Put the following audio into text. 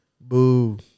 boo